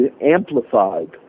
amplified